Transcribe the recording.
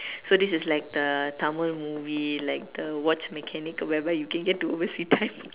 so this is like the Tamil movie like the watch mechanic or whatever you can get to oversee time